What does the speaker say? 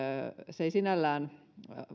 se ei sinällään